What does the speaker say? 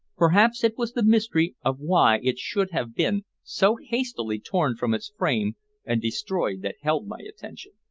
perhaps it was the mystery of why it should have been so hastily torn from its frame and destroyed that held my attention.